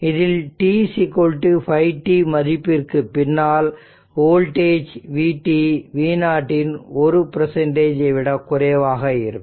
இதில் t 5 τ மதிப்பிற்கு பின்னால் வோல்டேஜ் vt v0 இன் 1 ஐ விட குறைவாக இருக்கும்